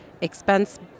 expense